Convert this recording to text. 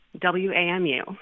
W-A-M-U